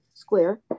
Square